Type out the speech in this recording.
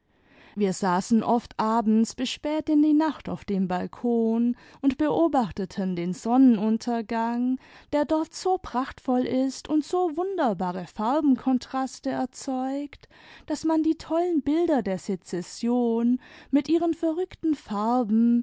wir saßen oft abends bis spät in die nacht auf dem balkon und beobachteten den sonnenuntergang der dort so prachtvoll ist und so wunderbare farbenkontraste erzeugt daß man die tollen bilder der sezession mit ihren verrückten farben